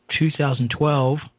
2012